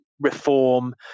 Reform